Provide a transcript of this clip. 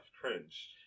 cringe